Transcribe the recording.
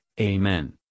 Amen